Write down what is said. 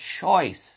choice